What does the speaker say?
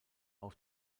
auf